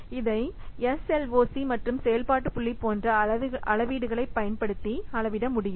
இதை எஸ்எல்ஓசி மற்றும் செயல்பாட்டு புள்ளி போன்ற அளவீடுகளைப் பயன்படுத்தி அளவிட முடியும்